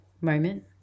moment